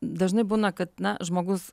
dažnai būna kad na žmogus